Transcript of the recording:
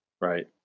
Right